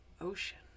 ocean